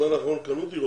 קנו יותר